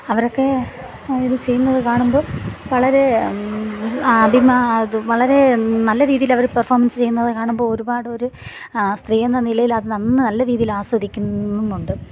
അവരൊക്കെ ഇത് ചെയ്യുന്നത് കാണുമ്പോൾ വളരെ ഇത് വളരെ നല്ലരീതിയിൽ അവർ പെർഫോം ചെയ്യുന്നത് കാണുമ്പോൾ ഒരുപാടൊരു സ്ത്രീ എന്ന നിലയിൽ അത് നല്ല രീതിയിൽ ആസ്വദിക്കുന്നുമുണ്ട്